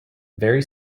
very